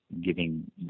giving